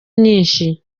nyinshi